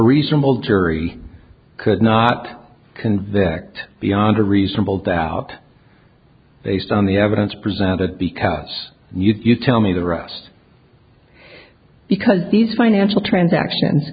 reasonable terry could not convect beyond a reasonable doubt based on the evidence presented because you tell me the rest because these financial transactions